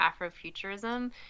Afrofuturism